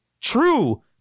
true